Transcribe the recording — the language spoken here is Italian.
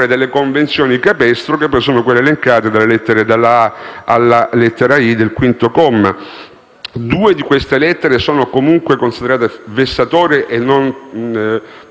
Grazie